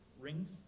rings